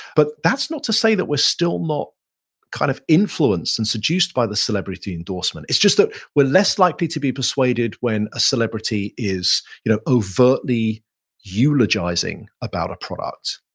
but that's not to say that we're still not kind of influenced and seduced by the celebrity endorsement. it's just that we're less likely to be persuaded when a celebrity is you know overtly eulogizing about a product.